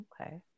okay